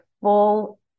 full